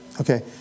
Okay